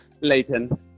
Leighton